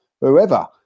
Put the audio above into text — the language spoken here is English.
whoever